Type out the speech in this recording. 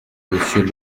monsieur